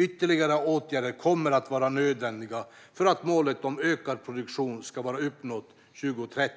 Ytterligare åtgärder kommer att vara nödvändiga för att målet om ökad produktion ska vara uppnått 2030.